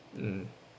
mm